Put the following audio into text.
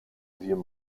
vieux